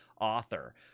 author